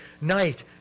night